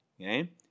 Okay